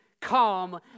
come